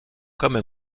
comme